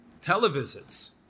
televisits